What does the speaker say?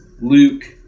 Luke